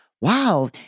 wow